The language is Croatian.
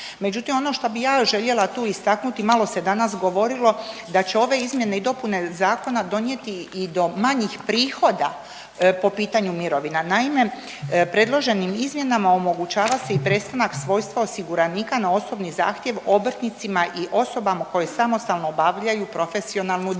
Međutim, ono što bi ja željela tu istaknuti malo se danas govorilo da će ove izmjene i dopune zakona donijeti i do manjih prihoda po pitanju mirovina. Naime, predloženim izmjenama omogućava se i prestanak svojstva osiguranika na osobni zahtjev obrtnicima i osobama koje samostalno obavljaju profesionalnu djelatnost.